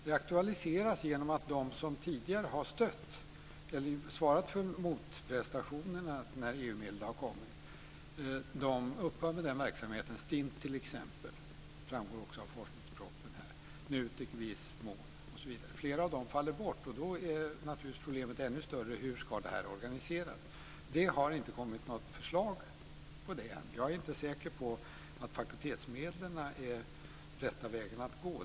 Det aktualiseras genom att de som har tidigare har svarat för motprestationerna när EU medel har kommit upphör med den verksamheten - STINT t.ex., vilket framgår av forskningspropositionen, NUTEK i viss mån osv. Flera av dessa faller bort. Då är problemet naturligtvis ännu större: Hur ska det här organiseras? Det har inte kommit något förslag än. Jag är inte säker på att fakultetsmedlen är rätta vägen att gå.